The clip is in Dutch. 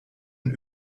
een